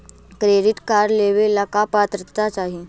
Credit card लेवेला का पात्रता चाही?